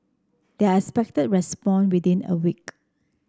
they are expected respond within a week